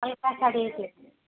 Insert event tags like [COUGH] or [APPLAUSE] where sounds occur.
[UNINTELLIGIBLE] sari [UNINTELLIGIBLE]